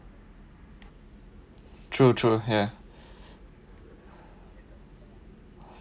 true true ya